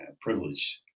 privilege